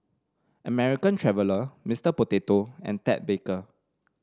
American Traveller Mister Potato and Ted Baker